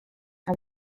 and